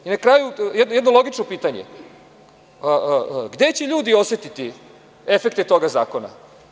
Na kraju jedno logično pitanje, gde će ljudi osetiti efekte tog zakona?